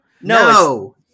No